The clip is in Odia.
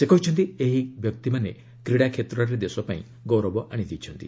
ସେ କହିଛନ୍ତି ଏହି ବ୍ୟକ୍ତିମାନେ କ୍ରୀଡ଼ା କ୍ଷେତ୍ରରେ ଦେଶପାଇଁ ଗୌରବ ଆଶି ଦେଇଛନ୍ତି